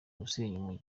gusenya